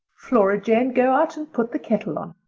flora jane, go out and put the kettle on.